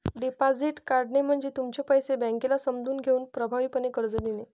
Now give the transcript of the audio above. deposit काढणे म्हणजे तुमचे पैसे बँकेला समजून घेऊन प्रभावीपणे कर्ज देणे